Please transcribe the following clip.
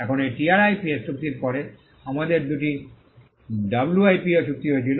এখন এই টিআরআইপিএস চুক্তির পরে আমাদের দুটি ডাব্লুআইপিও চুক্তি হয়েছিল